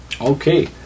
Okay